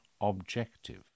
objective